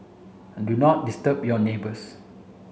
and do not disturb your neighbours